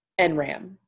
NRAM